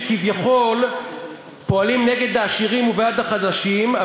אנשים שכביכול פועלים נגד העשירים ובעד החלשים,